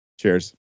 Cheers